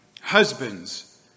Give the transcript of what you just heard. Husbands